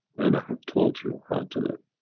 and i have taught you how to live.